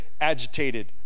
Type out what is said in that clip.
agitated